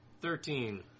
Thirteen